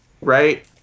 right